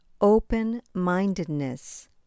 open-mindedness